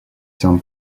some